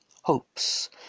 hopes